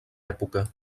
època